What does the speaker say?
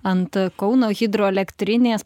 ant kauno hidroelektrinės